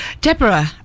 Deborah